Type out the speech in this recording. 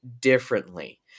differently